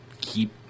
keep